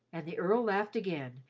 and the earl laughed again,